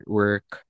work